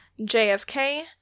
JFK